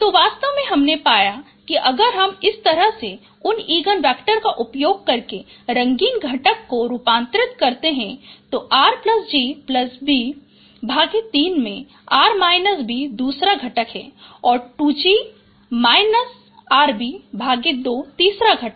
तो वास्तव में हमने पाया कि अगर हम इस तरह से उन इगन वेक्टर का उपयोग करके रंगीन घटक को रूपांतरित करते हैं तो R G B 3 में R B दूसरा घटक है और 2 तीसरा घटक है